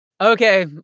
okay